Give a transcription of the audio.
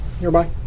nearby